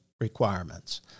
requirements